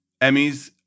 Emmys